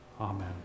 Amen